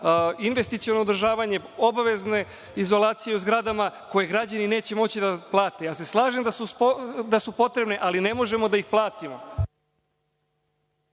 investiciono održavanje, obavezne izolacije u zgradama koje građani neće moći da plate. Slažem se da su potrebne ali ne možemo da ih platimo.